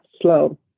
slow